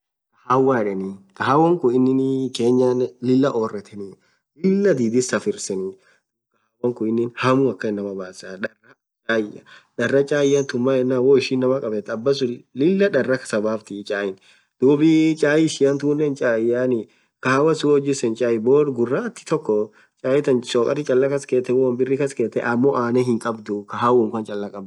Khawaa yedheni khawan khun inin kenyanen Lilah oretheni Lilah dhidith safirisheni dhub khawan khun inin hammu inamaa akhan basaaa dharra chaia dharaja chaia thun maaenen woishin inamaa khabethu abasun Lilah dharaa khasaa baftiii chaiiin dhubb chaii ishian tunen chai yaani khawaaa suun woo ithi jisen chai borr ghurathi tokko chai than sokari Chala khas khethe wonn birr khas khethe ammo anenn hinn khabdhu khahammu Khan Chala khadhi